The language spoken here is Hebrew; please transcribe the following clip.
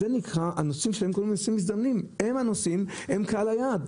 הם קהל היעד.